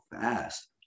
fast